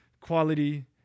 quality